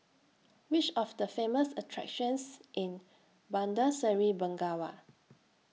Which Are The Famous attractions in Bandar Seri Begawan